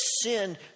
sin